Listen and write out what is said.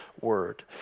word